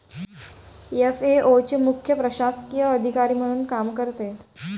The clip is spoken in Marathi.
एफ.ए.ओ चे मुख्य प्रशासकीय अधिकारी म्हणून काम करते